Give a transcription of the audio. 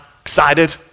excited